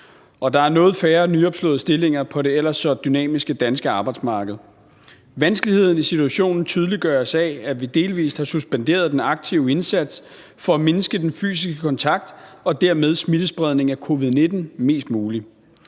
og der er noget færre nyopslåede stillinger på det ellers så dynamiske danske arbejdsmarked. Vanskeligheden i situationen tydeliggøres af, at vi delvis har suspenderet den aktive indsats for at mindske den fysiske kontakt og dermed smittespredningen af covid-19 mest muligt.